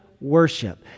worship